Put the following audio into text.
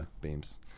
Beams